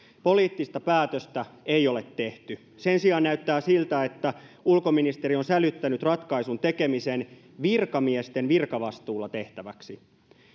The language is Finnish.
poliittista päätöstä ei ole tehty sen sijaan näyttää siltä että ulkoministeri on sälyttänyt ratkaisun tekemisen virkamiesten virkavastuulla tehtäväksi